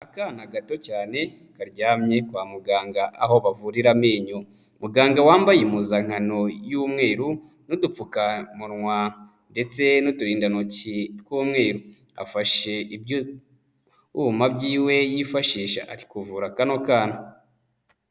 Akana gato cyane karyamye kwa muganga aho bavurira amenyo, muganga wambaye impuzankano y'umweru n'udupfukamunwa ndetse n'uturindantoki tw'umweru, afashe ibyuma byiwe yifashisha ari kuvura kano kana.